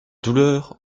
douleurs